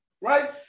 Right